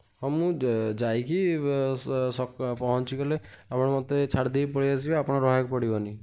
ହଁ ମୁଁ ଯାଇକି ପହଁଚିଗଲେ ଆପଣ ମୋତେ ଛାଡ଼ି ଦେଇକି ପଳାଇ ଆସିବେ ଆପଣ ରହିବାକୁ ପଡ଼ିବନି